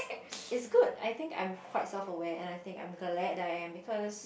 it's good I think I'm quite self aware and I think I'm glad that I am because